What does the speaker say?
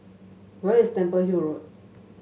where is Temple Hill Road